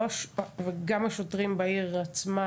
וגם השוטרים בעיר עצמה?